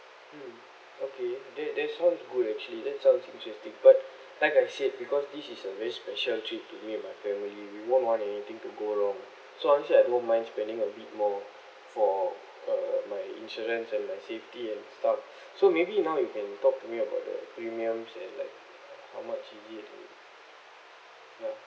mm okay that that sounds good actually that sounds interesting but like I said because this is a very special trip to me and my family we won't want anything to go wrong so once said I don't mind spending a bit more for uh my insurance and my safety and stuff so maybe now you can talk to me about the premiums and like how much is it ya